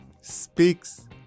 speaks